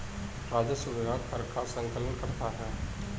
राजस्व विभाग कर का संकलन करता है